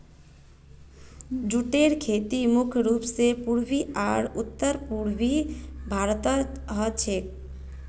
जूटेर खेती मुख्य रूप स पूर्वी आर उत्तर पूर्वी भारतत ह छेक